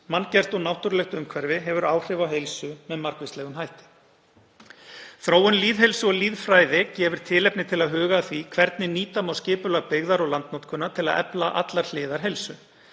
Manngert og náttúrulegt umhverfi hefur áhrif á heilsu með margvíslegum hætti. Þróun lýðheilsu og lýðfræði gefur tilefni til að huga að því hvernig nýta má skipulag byggðar og landnotkunar til að efla allar hliðar heilsu.